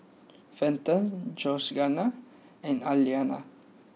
Fenton Georganna and Alaina